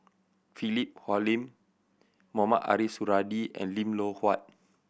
Philip Hoalim Mohamed Ariff Suradi and Lim Loh Huat